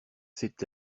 sait